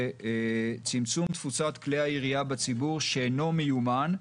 צמצום תפוצת כלי הירייה בציבור שאינו מיומן,